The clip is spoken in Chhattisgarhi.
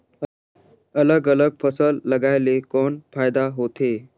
अलग अलग फसल लगाय ले कौन फायदा होथे?